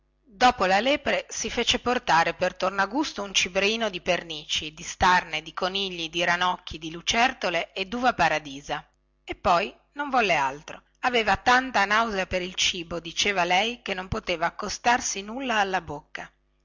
dopo la lepre si fece portare per tornagusto un cibreino di pernici di starne di conigli di ranocchi di lucertole e duva paradisa e poi non volle altro aveva tanta nausea per il cibo diceva lei che non poteva accostarsi nulla alla bocca